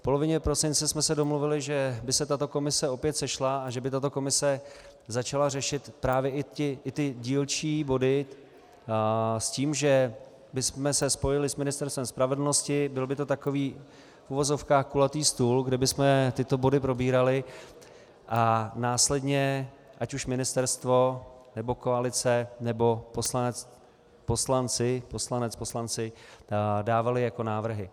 V polovině prosince jsme se domluvili, že by se tato komise opět sešla a že by tato komise začala řešit právě i ty dílčí body s tím, že bychom se spojili s Ministerstvem spravedlnosti, byl by to takový v uvozovkách kulatý stůl, kde bychom tyto body probírali, a následně ať už ministerstvo, nebo koalice, nebo poslanec poslanec, poslanci dávali jako návrhy.